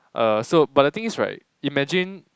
uh so but the thing is right imagine